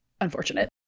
unfortunate